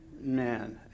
man